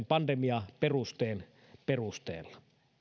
pandemiaperusteen perusteella